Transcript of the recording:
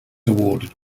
awarded